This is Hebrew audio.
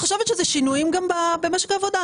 אני חושבת שאלה גם שינויים במשק העבודה.